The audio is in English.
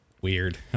Weird